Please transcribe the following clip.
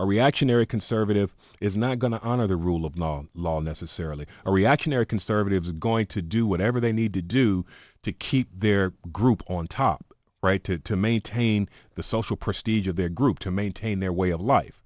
or reactionary conservative is not going to honor the rule of law necessarily a reactionary conservatives going to do whatever they need to do to keep their group on top right to to maintain the social prestige of their group to maintain their way of